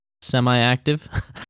semi-active